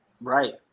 right